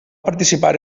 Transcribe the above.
participar